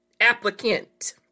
Applicant